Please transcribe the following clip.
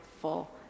full